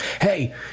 hey